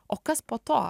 o kas po to